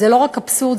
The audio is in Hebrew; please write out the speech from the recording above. זה לא רק אבסורד,